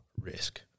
risk